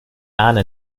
anne